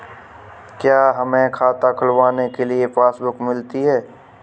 क्या हमें खाता खुलवाने के बाद पासबुक मिलती है?